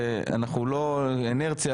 אינרציה,